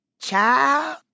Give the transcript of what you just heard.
Child